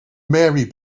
mary